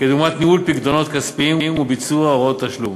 כדוגמת ניהול פיקדונות כספיים וביצוע הוראות תשלום.